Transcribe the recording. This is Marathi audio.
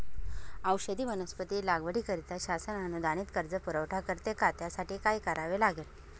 औषधी वनस्पती लागवडीकरिता शासन अनुदानित कर्ज पुरवठा करते का? त्यासाठी काय करावे लागेल?